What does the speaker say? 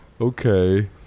okay